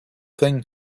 thing